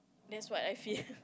that's what I fear